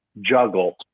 juggle